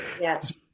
Yes